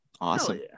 Awesome